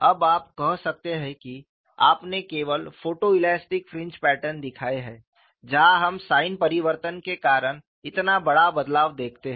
अब आप कह सकते हैं कि आपने केवल फोटोइलास्टिक फ्रिंज पैटर्न दिखाए हैं जहां हम साइन परिवर्तन के कारण इतना बड़ा बदलाव देखते हैं